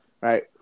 right